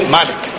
Malik